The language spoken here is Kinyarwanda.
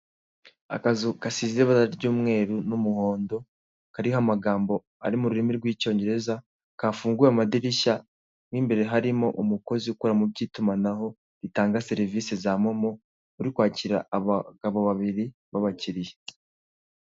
Akazu gasize ibara ry'umweru n'umuhondo, kariho amagambo ari mu rurimi rw'Icyongereza, kafunguwe amadirishya n'imbere harimo umukozi ukora mu by'itumanaho ritanga serivisi za momo uri kwakira abagabo babiri b'abakiriya.